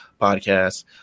podcast